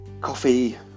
coffee